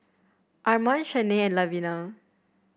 Armand Shanae and Lavina